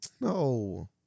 No